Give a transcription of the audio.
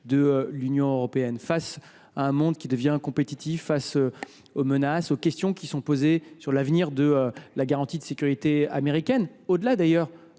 l’Union européenne face à un monde qui devient compétitif, face aux menaces et aux interrogations qui pèsent sur l’avenir de la garantie de sécurité américaine. Avant d’ailleurs